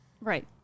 Right